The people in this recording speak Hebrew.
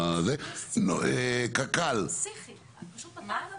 את פשוט מטעה את הוועדה.